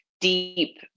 deep